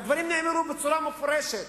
הדברים נאמרו בצורה מפורשת.